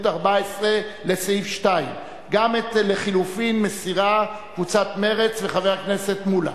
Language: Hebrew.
14 לסעיף 2. גם את לחלופין מסירים קבוצת מרצ וחבר הכנסת מולה.